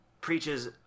preaches